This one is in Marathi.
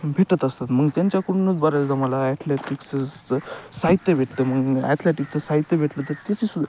भेटत असतात मग त्यांच्याकडूनच बऱ्याचदा मला ॲथलेटिक्सचं चं साहित्य भेटतं मग ॲथलॅटिकचं साहित्य भेटलं तर त्याचीसुद्